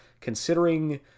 considering